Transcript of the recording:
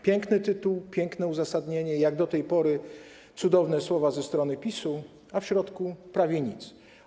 Piękny tytuł, piękne uzasadnienie, jak do tej pory cudowne słowa ze strony PiS-u, a w środku prawie nic.